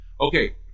Okay